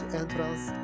entrance